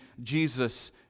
Jesus